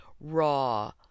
raw